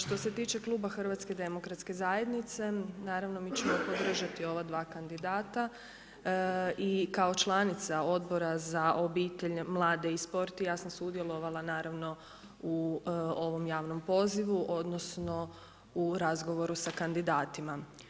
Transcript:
Što se tiče kluba HDZ-a naravno mi ćemo podržati ova dva kandidata i kao članica Odbora za obitelj, mlade i sport ja sam sudjelovala u ovom javnom pozivu odnosno u razgovoru sa kandidatima.